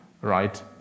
right